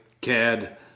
cad